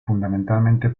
fundamentalmente